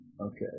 Okay